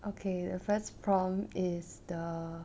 okay the first problem is the